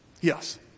Yes